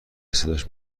صداش